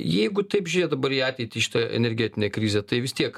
jeigu taip žėt dabar į ateitį į šitą energetinę krizę tai vis tiek